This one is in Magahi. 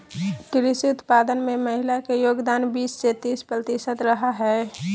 कृषि उत्पादन में महिला के योगदान बीस से तीस प्रतिशत रहा हइ